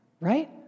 right